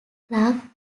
clarke